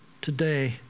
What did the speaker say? today